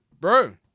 Bro